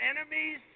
enemies